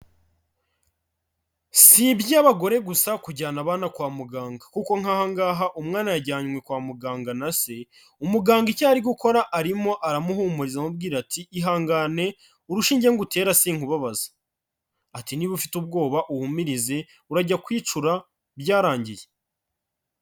Si iby'abagore gusa kujyana abana kwa muganga, kuko nk'aha ngaha umwana yajyanywe kwa muganga na se, umuganga icyo ari gukora, arimo aramuhumuriza aramubwira ati ihangane urushinge ngutera sinkubabaza, ati niba ufite ubwoba uhumirize urajya kwicura byarangiye.